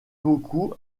beaucoup